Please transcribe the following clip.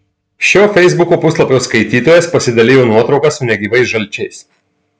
šio feisbuko puslapio skaitytojas pasidalijo nuotrauka su negyvais žalčiais